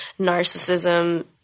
narcissism